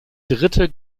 dritte